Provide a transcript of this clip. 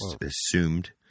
assumed